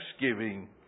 thanksgiving